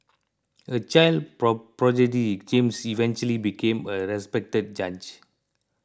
a child prodigy James eventually became a respected judge